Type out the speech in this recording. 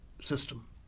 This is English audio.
system